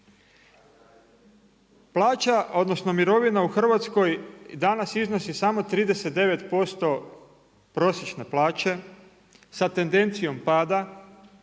Plaća odnosno mirovina u Hrvatskoj danas iznosi samo 39% prosječne plaće sa tendencijom pada,